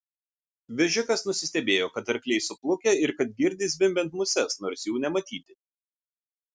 vežikas nusistebėjo kad arkliai suplukę ir kad girdi zvimbiant muses nors jų nematyti